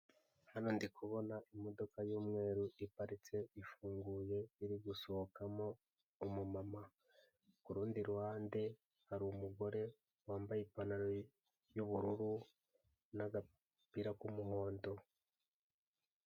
Hano ndi kubona imodoka y'umweru iparitse ifunguye iri gusohokamo umumama, ku rundi ruhande hari umugore wambaye ipantaro y'ubururu n'agapira k'umuhondo.